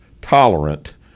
tolerant